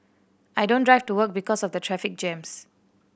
I don't drive to work because of the traffic jams